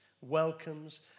welcomes